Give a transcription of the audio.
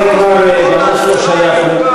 זה כבר ממש לא שייך.